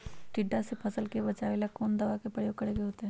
टिड्डा से फसल के बचावेला कौन दावा के प्रयोग करके होतै?